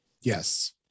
Yes